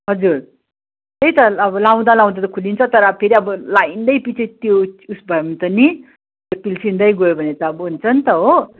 हजुर त्यही त अब लगाउँदा लगाउँदा त खुलिन्छ तर फेरि अब लाउँदैपछि त्यो उस भयो भने त नि पिल्सिँदै गयो भने त अब हुन्छ नि त हो